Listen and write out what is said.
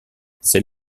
c’est